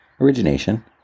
origination